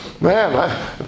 Man